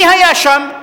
מי היה שם בישיבה?